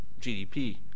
GDP